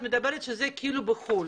את מדברת שזה כאילו בחו"ל,